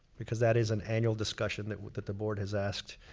because that is an annual discussion that that the board has asked